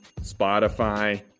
Spotify